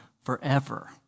forever